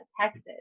Texas